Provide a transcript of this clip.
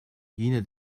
yine